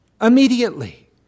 immediately